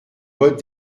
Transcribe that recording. bottes